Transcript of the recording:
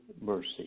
mercy